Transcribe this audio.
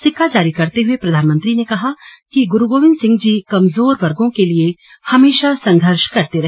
सिक्का जारी करते हुए प्रधानमंत्री ने कहा कि गुरू गोविंद सिंह जी कमजोर वर्गो के लिए हमेशा संघर्ष करते रहे